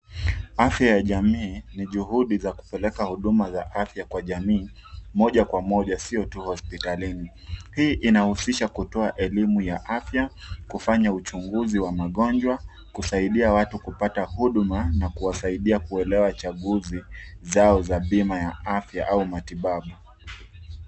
Afya ya jamii ni juhudi za kupelea huduma za afya kwa jamii moja kwa moja sio tu hospitalini. Hii inahuisha kutoa elimu ya afya kufanya uchunguzi wa magonjwa kusaidia watu kupata huduma na kuwasaidia kuelewa uchaguzi zao za bima ya afya au matibabu.